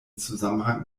zusammenhang